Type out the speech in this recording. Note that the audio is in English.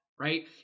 right